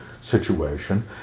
situation